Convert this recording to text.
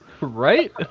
Right